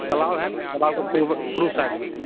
तालाब है ना तालाब के पूरब पूरब साइड में है